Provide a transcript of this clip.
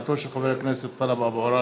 תודה.